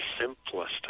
simplest